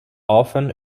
often